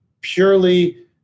purely